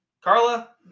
Carla